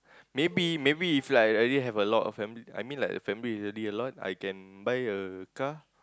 maybe maybe if like really have a lot of family I mean like the family is really a lot I can buy a car